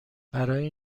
برای